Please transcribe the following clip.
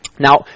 Now